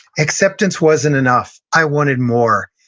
acceptance wasn't enough, i wanted more,